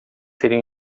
seriam